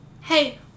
Hey